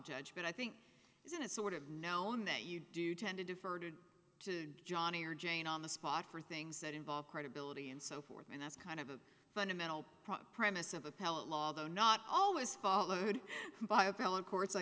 judge but i think isn't it sort of known that you do tend to deferred to johnny or jane on the spot for things that involve credibility and so forth and that's kind of a fundamental premise of appellate law though not always followed by a felon cour